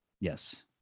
yes